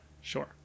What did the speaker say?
Sure